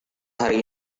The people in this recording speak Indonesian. hari